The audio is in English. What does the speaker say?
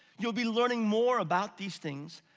you'll be learning more about these things,